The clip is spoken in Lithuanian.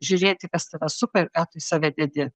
žiūrėti kas tave supa ir ką tu į save dedi